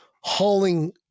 hauling